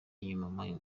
inyuma